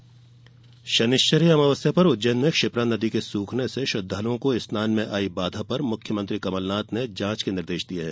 कमलनाथ क्षिप्रा शनिश्चरी अमावस्या पर उज्जैन में क्षिप्रा नदी के सूखने से श्रद्दालुओं को स्नान में आई बाधा पर मुख्यमंत्री कमलनाथ ने जांच के निर्देश दिये हैं